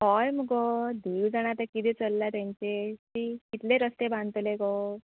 हय मुगो देव जाणा आतां किदें चल्लां तेंचे ती कितले रस्ते बांदतले गो